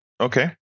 Okay